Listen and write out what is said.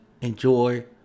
enjoy